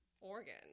Organ